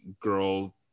girl